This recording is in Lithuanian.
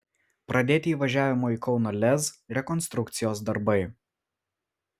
pradėti įvažiavimo į kauno lez rekonstrukcijos darbai